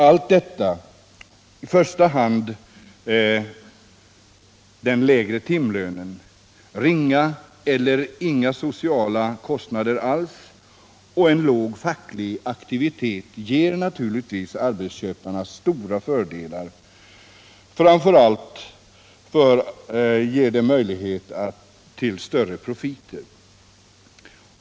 Allt detta — i första hand den väsentligt lägre timlönen men även ringa eller inga sociala kostnader och en låg facklig aktivitet — ger naturligtvis arbetsköparna stora fördelar. Framför allt ger det möjligheter till större profiter.